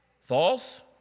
False